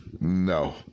No